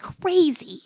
crazy